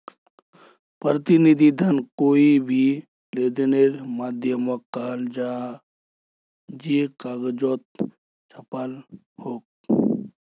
प्रतिनिधि धन कोए भी लेंदेनेर माध्यामोक कहाल जाहा जे कगजोत छापाल हो